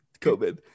COVID